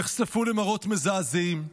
נחשפו למראות מזעזעים.